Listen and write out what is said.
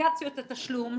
אפליקציות התשלום,